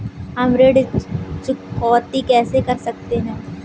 हम ऋण चुकौती कैसे कर सकते हैं?